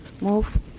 Move